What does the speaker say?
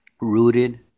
rooted